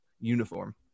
uniform